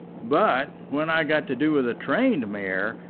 but when i've got to do with a trained mare,